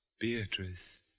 Beatrice